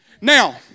Now